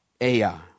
Ai